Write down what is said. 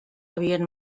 havien